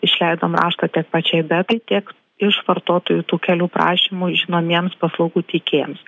išleidom raštą tiek pačiai betai tiek iš vartotojų tų kelių prašymų žinomiems paslaugų teikėjams